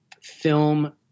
film